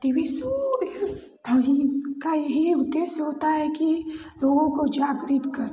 T V show का यही उद्देश्य होता है कि लोगों को जागृत करना